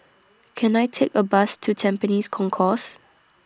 Can I Take A Bus to Tampines Concourse